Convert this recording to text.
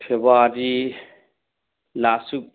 February last week